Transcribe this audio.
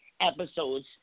episodes